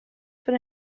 von